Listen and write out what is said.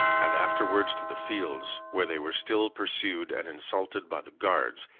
and afterwards to the fields where they were still pursued and insulted by the guards,